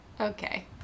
Okay